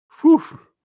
Whew